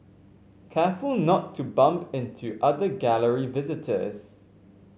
careful not to bump into other Gallery visitors